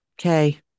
Okay